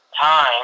time